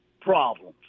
problems